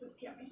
oh siap eh